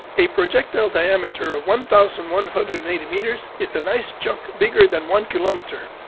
a projectile diameter of one thousand one hundred and eighty meters is an ice chunk bigger than one kilometer!